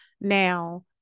Now